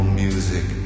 music